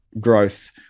growth